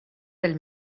del